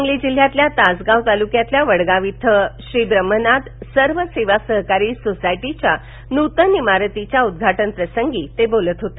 सांगली जिल्ह्यातील तासगाव तालूक्यातील वडगाव येथील श्री ब्रम्हनाथ सर्व सेवा सहकारी सोसायटीच्या नुतन इमारतीच्या उद्घाटन प्रसंगी ते बोलत होते